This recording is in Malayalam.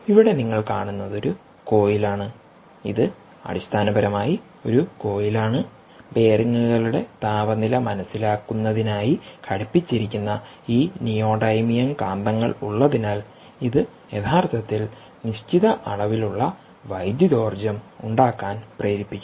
ഇവിടെ നിങ്ങൾ കാണുന്നത് ഒരു കോയിൽ ആണ് ഇത് അടിസ്ഥാനപരമായി ഒരു കോയിൽ ആണ്ബെയറിംഗുകളുടെ താപനില മനസ്സിലാക്കുന്നതിനായി ഘടിപ്പിച്ചിരിക്കുന്ന ഈ നിയോഡീമിയം കാന്തങ്ങളുളളതിനാൽ ഇത് യഥാർത്ഥത്തിൽ നിശ്ചിത അളവിലുള്ള വൈദ്യുതോർജം ഉണ്ടാക്കാൻ പ്രേരിപ്പിക്കുന്നു